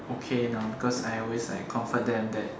okay now because I always like comfort them that